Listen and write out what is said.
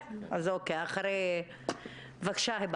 בבקשה.